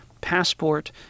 passport